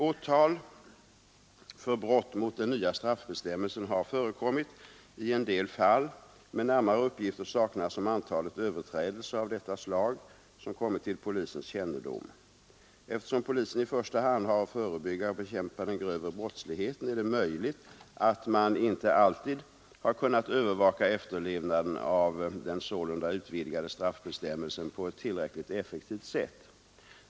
Åtal för brott mot den nya straffbestämmelsen har förekommit i en del fall, men närmare uppgifter saknas om antalet överträdelser av detta slag som kommit till polisens kännedom. Eftersom polisen i första hand har att förebygga och bekämpa den grövre brottsligheten, är det möjligt att man inte alltid har kunnat övervaka efterlevnaden av den sålunda utvidgade straffbestämmelsen på ett tillräckligt effektivt sätt.